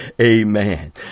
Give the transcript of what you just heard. Amen